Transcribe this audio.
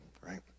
right